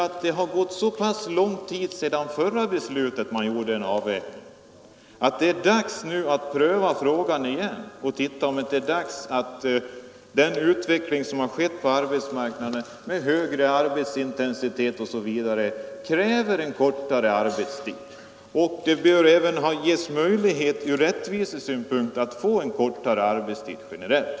Jo, det har gått så pass lång tid sedan förra gången man gjorde en avvägning att det nu är dags att pröva frågan igen och se om inte den utveckling som har skett inom arbetslivet mot högre arbetsintensitet m.m. kräver kortare arbetstid. Det bör även ges möjlighet från rättvisesynpunkt att få kortare arbetstid generellt.